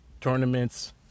tournaments